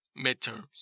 midterms